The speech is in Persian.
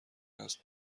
است